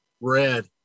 Red